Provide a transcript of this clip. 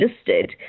listed